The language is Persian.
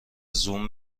زوم